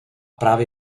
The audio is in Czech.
právě